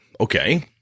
Okay